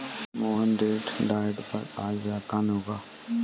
Mohan date diet पर आज व्याख्यान होगा